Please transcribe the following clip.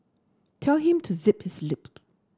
tell him to zip his lip